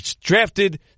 drafted